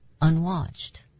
unwatched